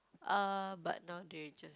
uh but now they just